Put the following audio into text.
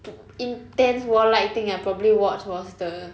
t~ intense war like thing I probably watched was the